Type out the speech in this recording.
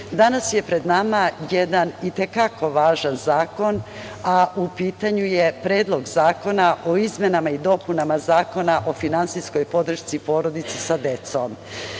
danas je pred nama jedan i te kako važan zakon, a u pitanju je Predlog zakona o izmenama i dopunama Zakona o finansijskoj podršci porodici sa decom. Svi